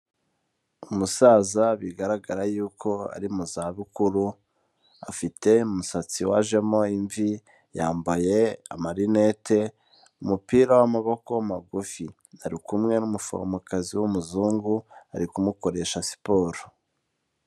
Umusaza bigaragara yuko ari mu zabukuru afite umusatsi wajemo imvi. Yambaye amarinete umupira w'amaboko magufi, ari kumwe n'umuforomokazi w'umuzungu ari kumukoresha siporo.